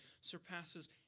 surpasses